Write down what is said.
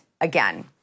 again